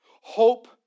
Hope